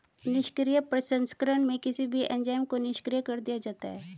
निष्क्रिय प्रसंस्करण में किसी भी एंजाइम को निष्क्रिय कर दिया जाता है